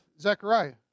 Zechariah